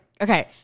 Okay